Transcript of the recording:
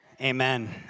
Amen